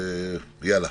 זהו.